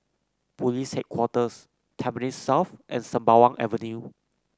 Police Headquarters Tampines South and Sembawang Avenue